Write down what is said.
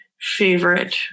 favorite